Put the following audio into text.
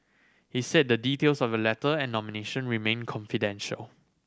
he said the details of the letter and nomination remain confidential